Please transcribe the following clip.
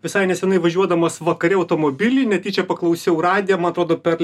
visai nesenai važiuodamas vakare automobily netyčia paklausiau radiją man atrodo per